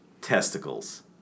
testicles